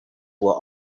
will